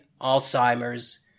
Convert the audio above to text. Alzheimer's